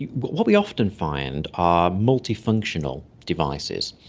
and what what we often find are multifunctional devices.